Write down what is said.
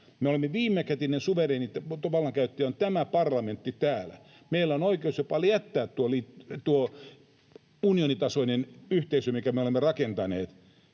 me olemme viimekätinen suvereeni vallankäyttäjä, tämä parlamentti täällä. Meillä on oikeus jopa jättää tuo unionitasoinen yhteisö, minkä me olemme rakentaneet,